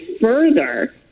further